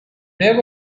there